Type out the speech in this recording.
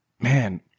Man